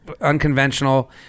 unconventional